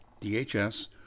DHS